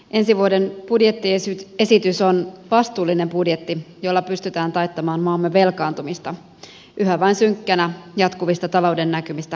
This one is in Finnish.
ensi vuoden budjettiesitys on vastuullinen budjetti jolla pystytään taittamaan maamme velkaantumista huolimatta yhä vain synkkinä jatkuvista talouden näkymistä